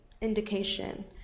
indication